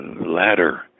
ladder